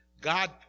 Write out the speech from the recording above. God